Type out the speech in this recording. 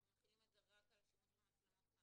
אנחנו מחילים את זה רק על השימוש במצלמות כאן.